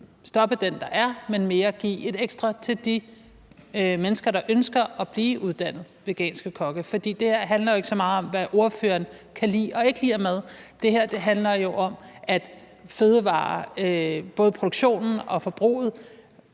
stoppe det, der er, men mere give noget ekstra til de mennesker, der ønsker at blive uddannet som veganske kokke. Det her handler jo ikke så meget om, hvad ordføreren kan lide eller ikke lide af mad. Det her handler jo om, at fødevarer, både produktionen og forbruget,